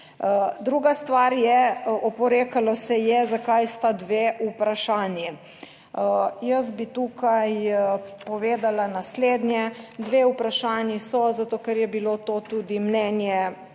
Druga stvar je, oporekalo se je, zakaj sta dve vprašanji. Jaz bi tukaj povedala naslednje. Dve vprašanji so zato ker je bilo to tudi mnenje